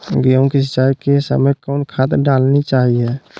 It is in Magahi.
गेंहू के सिंचाई के समय कौन खाद डालनी चाइये?